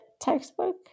textbook